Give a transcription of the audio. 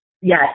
Yes